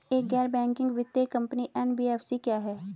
एक गैर बैंकिंग वित्तीय कंपनी एन.बी.एफ.सी क्या है?